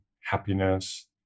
happiness